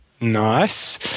Nice